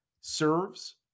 serves